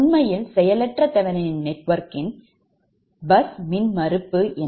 உண்மையில் செயலற்ற தெவெனின் நெட்வொர்க்கின் பஸ் மின்மறுப்பு ஆகும்